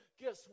Guess